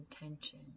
intention